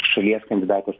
šalies kandidatės